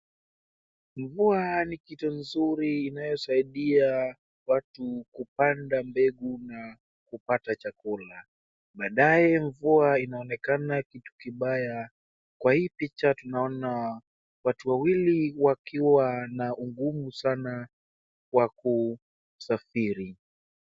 Mvua ni kitu mzuri inayosaidia watu kupanda mbegu na kupata chakula baadaye mvua inaonekana kitu kibaya ,kwa hii picha tunaona watu wawili wakiwa na ugumu sana wa kusafiri.